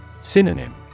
Synonym